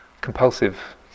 compulsive